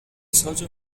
saĝa